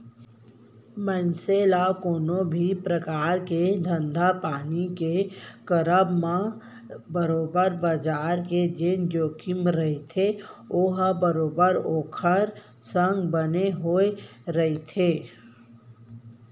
मनसे ल कोनो भी परकार के धंधापानी के करब म बरोबर बजार के जेन जोखिम रहिथे ओहा बरोबर ओखर संग बने होय रहिथे